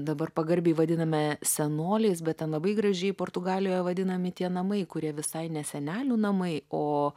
dabar pagarbiai vadinami senoliais bet labai gražiai portugalijoje vadinami tie namai kurie visai ne senelių namai o